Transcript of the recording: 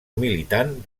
militant